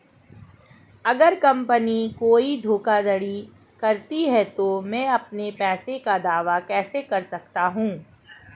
अगर कंपनी कोई धोखाधड़ी करती है तो मैं अपने पैसे का दावा कैसे कर सकता हूं?